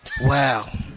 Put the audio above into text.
Wow